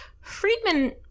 Friedman